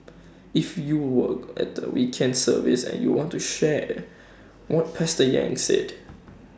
if you were at the weekend service and you want to share what pastor yang said